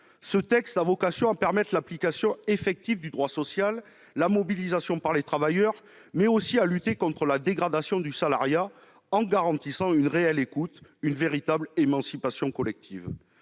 Ce texte a vocation à permettre l'application effective du droit social, la mobilisation des travailleurs, mais aussi à lutter contre la dégradation du salariat en garantissant une réelle écoute, une véritable émancipation collective.